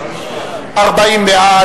מי נמנע?